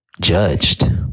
judged